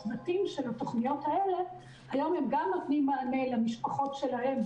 הצוותים של התוכניות האלה נותנים היום גם למשפחות שלהם,